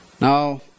Now